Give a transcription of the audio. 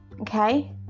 okay